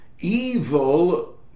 Evil